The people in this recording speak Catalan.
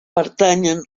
pertanyen